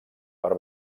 per